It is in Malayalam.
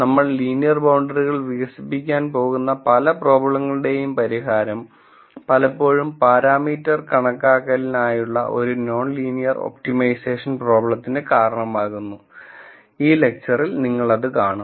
നമ്മൾ ലീനിയർ ബൌണ്ടറികൾ വികസിപ്പിക്കാൻ പോകുന്ന പല പ്രോബ്ലങ്ങളുടെയും പരിഹാരം പലപ്പോഴും പാരാമീറ്റർ കണക്കാക്കലിനായുള്ള ഒരു നോൺ ലീനിയർ ഒപ്റ്റിമൈസേഷൻ പ്രോബ്ലത്തിന് കാരണമാകുന്നു ഈ ലെക്ച്ചറിൽ നിങ്ങൾ അത് കാണും